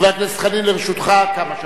חבר הכנסת חנין, לרשותך, כמה?